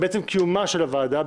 בעצם בקיומה של הוועדה,